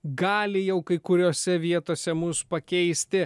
gali jau kai kuriose vietose mus pakeisti